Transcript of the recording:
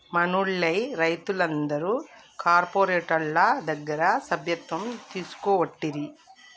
మనూళ్లె రైతులందరు కార్పోరేటోళ్ల దగ్గర సభ్యత్వం తీసుకోవట్టిరి